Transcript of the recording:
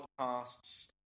podcasts